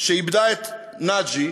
שאיבדה את נאג'י,